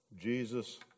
Jesus